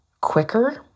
quicker